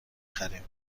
خریم